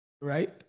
right